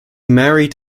married